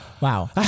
Wow